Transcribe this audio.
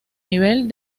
nivel